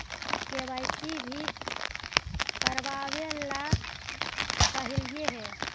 KYC भी करवावेला कहलिये हे?